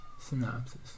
synopsis